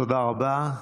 תודה רבה.